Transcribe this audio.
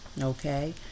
Okay